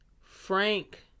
Frank